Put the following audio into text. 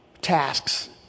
tasks